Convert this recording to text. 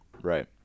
right